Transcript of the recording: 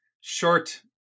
short